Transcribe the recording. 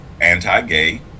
anti-gay